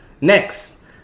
Next